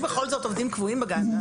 בכל זאת יש עובדים קבועים בגן.